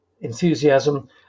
enthusiasm